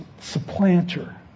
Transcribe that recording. supplanter